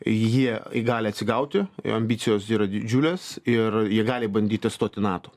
jie gali atsigauti ambicijos yra didžiulės ir jie gali bandyti stoti į nato